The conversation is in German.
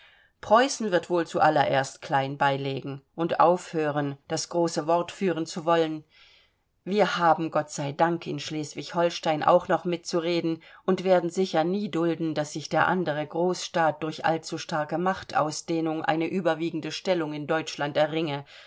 preußen wird wohl zu allererst klein beilegen und aufhören das große wort führen zu wollen wir haben gott sei dank in schleswig holstein auch noch mitzureden und werden sicher nie dulden daß sich der andere großstaat durch allzustarke machtausdehnung eine überwiegende stellung in deutschland erringe